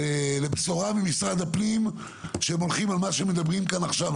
לבשורה ממשרד הפנים שהם הולכים מה שהם מדברים כאן עכשיו.